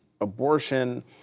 abortion